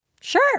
Sure